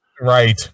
Right